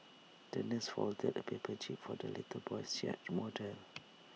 the nurse folded A paper jib for the little boy's yacht model